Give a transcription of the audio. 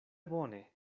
bone